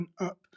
up